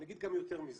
אני אגיד גם יותר מזה,